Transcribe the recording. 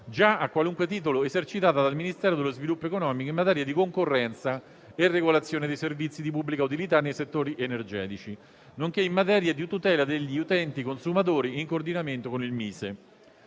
già a qualunque titolo esercitata dal Ministero dello sviluppo economico in materia di concorrenza e regolazione dei servizi di pubblica utilità nei settori energetici, nonché in materia di tutela degli utenti consumatori in coordinamento con il MISE.